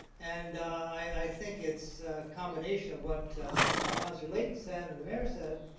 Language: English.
and i think it's a combination of what councillor layton said and the mayor said,